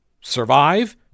survive